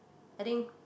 I think